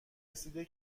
رسیده